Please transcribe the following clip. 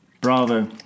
Bravo